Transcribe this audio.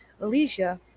Alicia